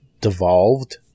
devolved